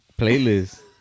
playlist